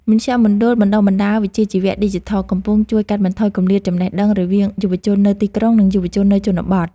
មជ្ឈមណ្ឌលបណ្តុះបណ្តាលវិជ្ជាជីវៈឌីជីថលកំពុងជួយកាត់បន្ថយគម្លាតចំណេះដឹងរវាងយុវជននៅទីក្រុង និងយុវជននៅជនបទ។